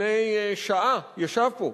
שלפני שעה ישב פה,